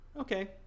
okay